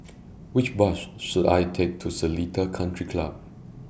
Which Bus should I Take to Seletar Country Club